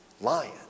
lion